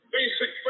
basic